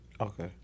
Okay